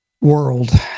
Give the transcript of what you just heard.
world